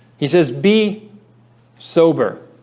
he says be sober